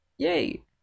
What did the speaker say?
yay